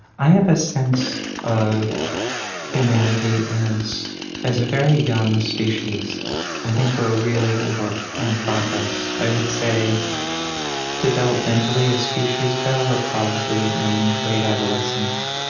i have a sense of humanity as as a very young species i think we're really a work in progress. i would say developmentally as species go, we're probably in late adolescence,